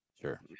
sure